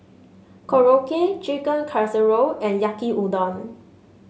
Korokke Chicken Casserole and Yaki Udon